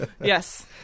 Yes